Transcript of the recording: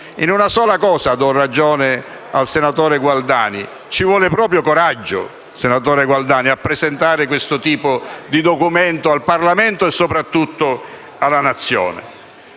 In una sola cosa do ragione al senatore Gualdani: ci vuole proprio coraggio, senatore Gualdani, a presentare questo tipo di documento al Parlamento e soprattutto alla Nazione.